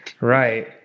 Right